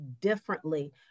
differently